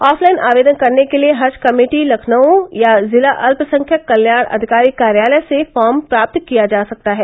of line आवेदन करने के लिये हज कमेटी लखनऊ या जिला अल्पसंख्यक कल्याण अधिकारी कार्यालय से फार्म प्राप्त किया जा सकता है